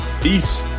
Peace